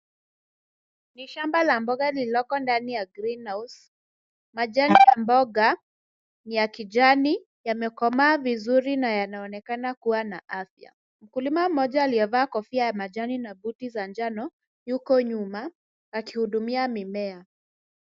Ni shamba la mboga lililoko ndani ya greenhouse . Majani ya mboga ni ya kijani, yamekomaa vizuri na yanaonekana kuwa na afya. Mkulima mmoja aliyevaa kofia ya majani na buti za njano, yuko nyuma akihudumia mimea.